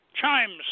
chimes